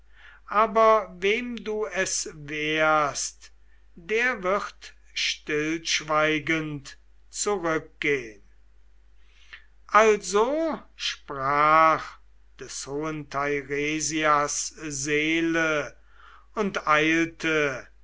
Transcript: aber wem du es wehrst der wird stillschweigend zurückgehn also sprach des hohen teiresias seele und eilte